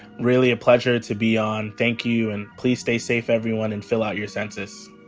really a pleasure to be on. thank you. and please stay safe, everyone, and fill out your census.